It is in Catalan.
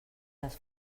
les